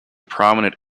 prominent